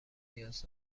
نیاز